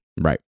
right